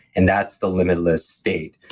and that's the limitless state.